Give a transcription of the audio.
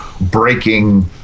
breaking